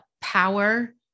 power